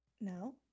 No